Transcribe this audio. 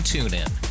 TuneIn